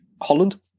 Holland